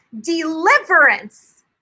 deliverance